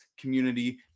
community